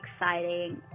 exciting